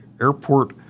Airport